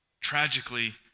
tragically